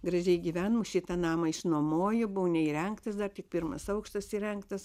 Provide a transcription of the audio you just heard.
gražiai gyvenom šitą namą išnuomojo buvo neįrengtas dar tik pirmas aukštas įrengtas